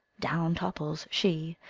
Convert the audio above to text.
down topples she,